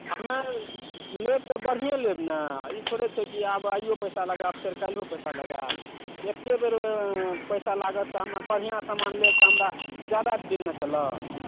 हमे लेब तऽ बढ़ियेँ लेब ने ई थोड़े छै कि आब अइयो पैसा लगाएब फेर काल्हियो पैसा लगाएब एक्के बेर पैसा लागत तऽ हमरा बढ़िआँ समान लेब तऽ हमरा जादा दिन ने चलत